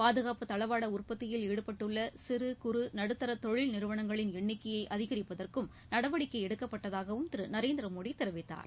பாதுகாப்பு தளவாட உற்பத்தியில் ஈடுபட்டுள்ள சிறு குறு நடுத்தர தொழில்நிறுவனங்களின் எண்ணிக்கையை அதிகரிப்பதற்கும் நடவடிக்கை எடுக்கப்பட்டதாகவும் திரு நரேந்திரமோடி தெரிவித்தார்